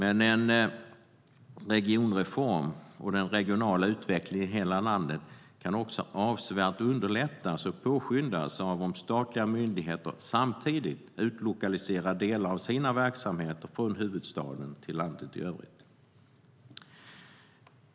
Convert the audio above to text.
En regionreform och den regionala utvecklingen i hela landet kan avsevärt underlättas och påskyndas av att statliga myndigheter samtidigt utlokaliserar delar av sina verksamheter från huvudstaden till landet i övrigt.